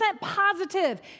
positive